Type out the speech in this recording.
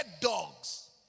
dogs